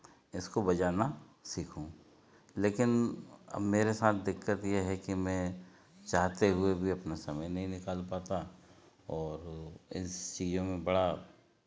इसको बजाना सीखूँ लेकिन अब मेरे साथ दिक़्क़त ये है कि मैं चाहते हुए भी अपना समय नहीं निकाल पाता और इन चीज़ों में बड़ा